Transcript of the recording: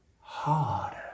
harder